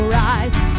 rise